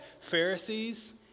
Pharisees